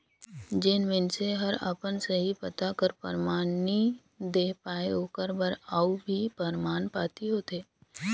जेन मइनसे हर अपन सही पता कर परमान नी देहे पाए ओकर बर अउ भी परमान पाती होथे